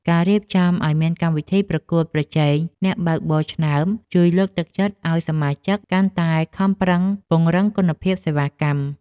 ការរៀបចំឱ្យមានកម្មវិធីប្រកួតប្រជែងអ្នកបើកបរឆ្នើមជួយលើកទឹកចិត្តឱ្យសមាជិកកាន់តែខំប្រឹងពង្រឹងគុណភាពសេវាកម្ម។